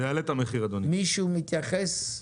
מישהו מתייחס?